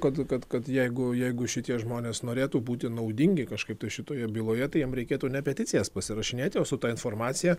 kad kad kad jeigu jeigu šitie žmonės norėtų būti naudingi kažkaip tai šitoje byloje tai jiem reikėtų ne peticijas pasirašinėti o su ta informacija